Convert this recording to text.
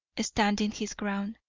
standing his ground,